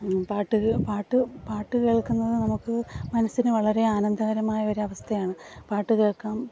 പാട്ട് പാട്ട് പാട്ട് കേൾക്കുന്നത് നമുക്ക് മനസ്സിന് വളരെ ആനന്ദകരമായൊരു അവസ്ഥയാണ് പാട്ട് കേൾക്കാം